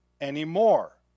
anymore